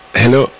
hello